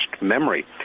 memory